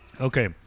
Okay